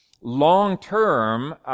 long-term